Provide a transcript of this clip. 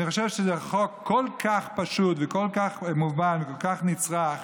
אני חושב שזה חוק כל כך פשוט וכל כך מובן וכל כך נצרך,